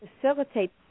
facilitate